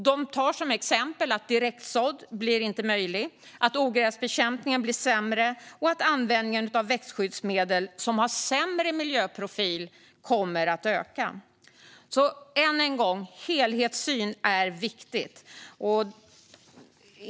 De tar som exempel att direktsådd inte blir möjlig, att ogräsbekämpningen blir sämre och att användningen av växtskyddsmedel som har sämre miljöprofil kommer att öka. Så än en gång: Helhetssyn är viktigt.